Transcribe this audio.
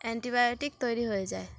antibiotic তৈরি হয়ে যায়